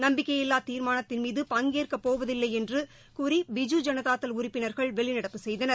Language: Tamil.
நம்பிக்கையில்லா தீாமானத்திள் மீது பங்கேற்கபோவதில்லை என்று கூறி பிஜுஜனதாதள் உறுப்பினர்கள் வெளிநடப்பு செய்தனர்